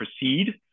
proceed